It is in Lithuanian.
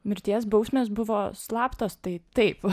mirties bausmės buvo slaptos tai taip